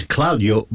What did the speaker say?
Claudio